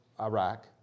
Iraq